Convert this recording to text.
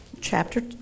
chapter